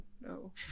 no